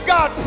God